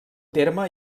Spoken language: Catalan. terme